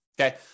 okay